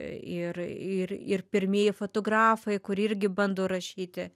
ir ir ir pirmieji fotografai kurie irgi bando rašyti